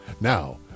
Now